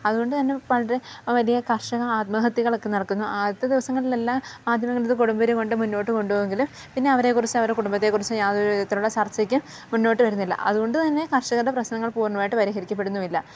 അതുകൊണ്ടുതന്നെ വളരെ വലിയ കർഷക ആത്മഹത്യകളൊക്കെ നടക്കുന്നു ആദ്യത്തെ ദിവസങ്ങളിലെല്ലാം മാധ്യമങ്ങളിത് കൊടുമ്പിരികൊണ്ട് മുന്നോട്ടു കൊണ്ടുപോവുമെങ്കിലും പിന്നെ അവരെക്കുറിച്ച് അവരെ കുടുംബത്തെക്കുറിച്ച് യാതൊരു വിധത്തിലുള്ള ചർച്ചയ്ക്കും മുന്നോട്ട് വരുന്നില്ല അതുകൊണ്ടുതന്നെ കർഷകരുടെ പ്രശ്നങ്ങൾ പൂർണ്ണമായിട്ട് പരിഹരിക്കപ്പെടുന്നുമില്ല